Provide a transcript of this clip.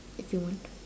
if you want